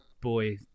boy